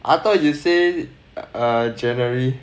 I thought you say err january